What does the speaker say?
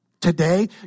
Today